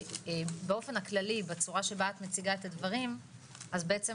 באופן הכללי בצורה שבה את מציגה את הדברים אז אנחנו